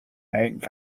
length